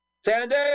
Sandy